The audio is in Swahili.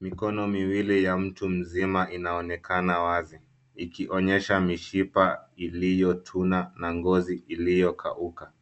Mikono miwili ya mtu mzima inaonekana wazi ikionyesha mishipa iliyotuna na ngozi iliyokauka.